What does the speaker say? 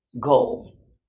goal